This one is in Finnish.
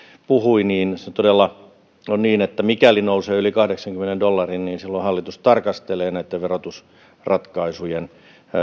puhui todella on niin että mikäli hinta nousee yli kahdeksankymmenen dollarin niin silloin hallitus tarkastelee näitä verotusratkaisuja